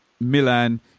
Milan